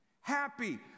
Happy